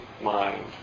mind